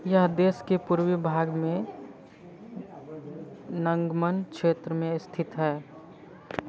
यह देश के पूर्वी भाग में नंगमन क्षेत्र में स्थित है